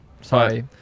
Sorry